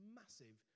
massive